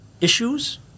issues